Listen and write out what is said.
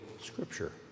scripture